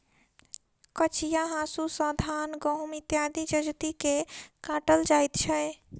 कचिया हाँसू सॅ धान, गहुम इत्यादि जजति के काटल जाइत छै